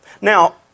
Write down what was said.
Now